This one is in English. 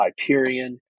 Hyperion